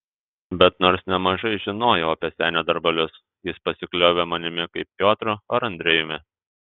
bet nors nemažai žinojau apie senio darbelius jis pasikliovė manimi kaip piotru ar andrejumi